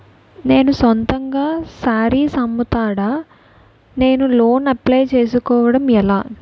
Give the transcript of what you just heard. నేను సొంతంగా శారీస్ అమ్ముతాడ, నేను లోన్ అప్లయ్ చేసుకోవడం ఎలా?